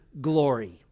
Glory